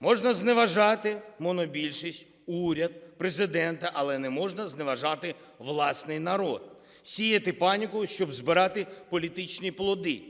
Можна зневажати монобільшість, уряд, Президента, але не можна зневажати власний народ, сіяти паніку, щоб збирати політичні плоди;